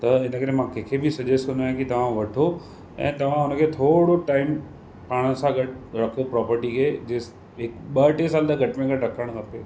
त हिन करे मां कंहिंखे बि सजेस्ट कंदो आहियां की तव्हां वठो ऐं तव्हां उनखे थोरो टाइम पाण सां गॾु रखो प्रोपर्टी खे जेंसि ॿ टे साल त घटि में घटि रखणु खपे